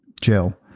jill